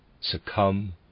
succumb